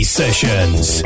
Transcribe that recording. sessions